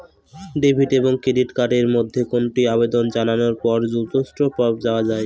Debit এবং credit card এর মধ্যে কোনটি আবেদন জানানোর পর দ্রুততর পাওয়া য়ায়?